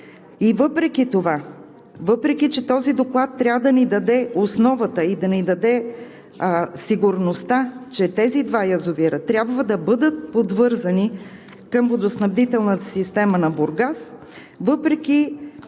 Въпреки това, въпреки че този доклад трябва да ни даде основата и да ни даде сигурността, че тези два язовира трябва да бъдат подвързани към водоснабдителната система на Бургас, въпреки